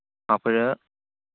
അപ്പോൾ